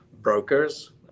brokers